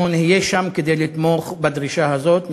אנחנו נהיה שם כדי לתמוך בדרישה הזאת,